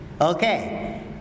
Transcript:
Okay